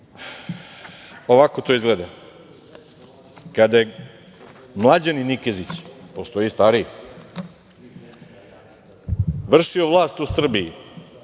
to izgleda. Kada je mlađani Nikezić, postoji i stariji, vršio vlast u Srbiji